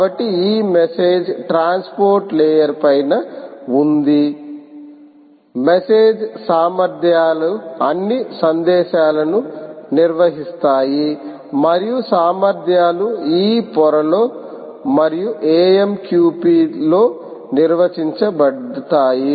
కాబట్టి ఈ message transport layer పైన ఉంది మెసేజ్ సామర్థ్యాలు అన్ని సందేశాలను నిర్వహిస్తాయి మరియు సామర్థ్యాలు ఈ పొరలో మరియు AMQP లో నిర్వహించబడతాయి